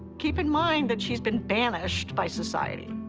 keep in mind that she's been banished by society,